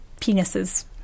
penises